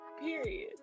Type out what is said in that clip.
period